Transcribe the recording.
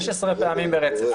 16 פעמים ברצף.